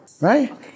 Right